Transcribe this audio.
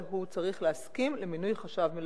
אבל הוא צריך להסכים למינוי חשב מלווה.